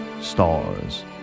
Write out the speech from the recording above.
stars